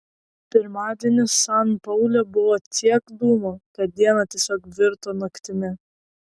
pirmadienį san paule buvo tiek dūmų kad diena tiesiog virto naktimi